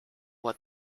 what